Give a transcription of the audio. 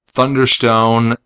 Thunderstone